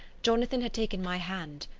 jonathan had taken my hand.